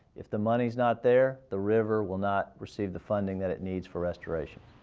if the money's not there, the river will not receive the funding that it needs for restoration.